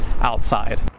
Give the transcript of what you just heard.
outside